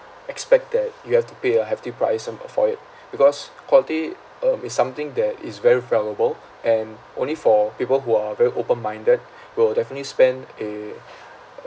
expect that you have to pay a hefty price sum uh for it because quality um is something that is very valuable and only for people who are very open minded will definitely spend a